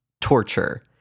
torture